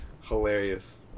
hilarious